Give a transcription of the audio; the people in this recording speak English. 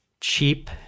cheap